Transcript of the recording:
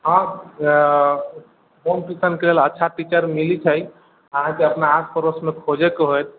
हँ होम ट्यूशनके लेल अच्छा टीचर मिलैत छै के अपना आस पड़ोसमे खोजेके होयत